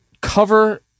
cover